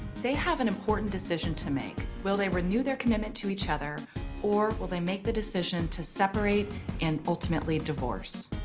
they have an important decision to make. will they renew their commitment to each other or will they make the decision to separate and ultimately divorce?